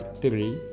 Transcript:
three